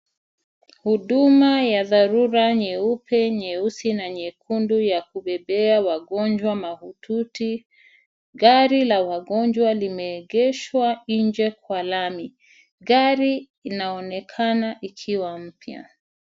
Huduma ya dharuraa ya nyeupe, nyeusi na nyekundu ya kubebea wagonjwa mahututi. Gari la wagonjwa limeegeshwa nje kwa lami. Gari inaonekana ikiwa mpya.